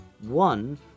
One